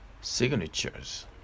signatures